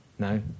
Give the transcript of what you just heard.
No